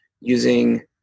using